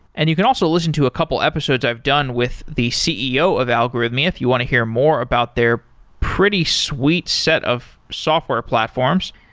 and you can also listen to a couple episodes i've done with the ceo of algorithmia, if you want to hear more about their pretty sweet set of software platforms.